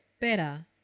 better